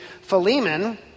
Philemon